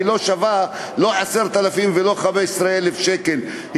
לא שווה 10,000 ולא 15,000 שקל,